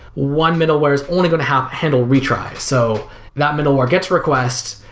one middle ware is only going to have handle retry. so that middle ware gets requests.